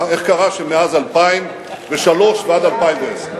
איך קרה שמאז 2003 ועד 2010,